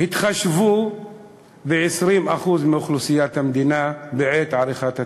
התחשבו ב-20% מאוכלוסיית המדינה בעת עריכת הצבעות.